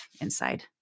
inside